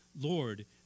Lord